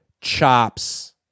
chops